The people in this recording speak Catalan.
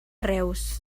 reus